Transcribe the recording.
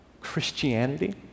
Christianity